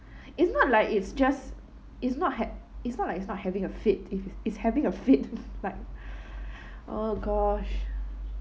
it's not like it's just it's not ha~ it's not like it's not having a fate it it's having a fate but oh gosh